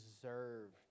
deserved